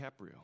DiCaprio